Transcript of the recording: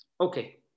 okay